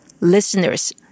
Listeners